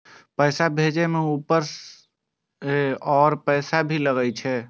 पैसा भेजे में ऊपर से और पैसा भी लगे छै?